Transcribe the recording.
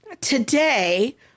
Today